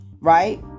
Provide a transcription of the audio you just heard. right